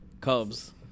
Cubs